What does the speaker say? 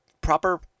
proper